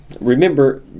Remember